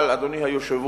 אבל, אדוני היושב-ראש,